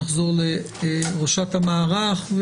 נחזור לראשת המערך,